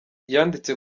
yanditse